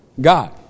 God